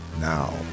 now